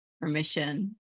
permission